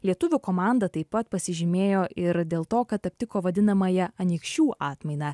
lietuvių komanda taip pat pasižymėjo ir dėl to kad aptiko vadinamąją anykščių atmainą